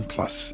Plus